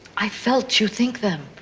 i felt you think them.